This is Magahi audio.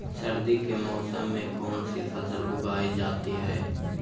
सर्दी के मौसम में कौन सी फसल उगाई जाती है?